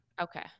Okay